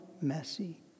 messy